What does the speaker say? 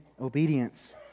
obedience